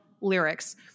lyrics